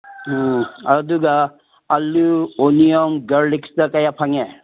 ꯑꯥ ꯑꯗꯨꯒ ꯑꯥꯜꯂꯨ ꯑꯣꯅꯤꯌꯣꯟ ꯒꯥꯔꯂꯤꯛꯇ ꯀꯌꯥ ꯐꯪꯉꯦ